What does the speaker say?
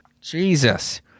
Jesus